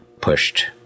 pushed